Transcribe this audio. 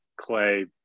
Clay